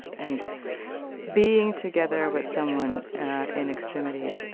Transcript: and being together with someone in extremity